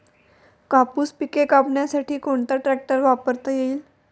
कापूस पिके कापण्यासाठी कोणता ट्रॅक्टर वापरता येईल?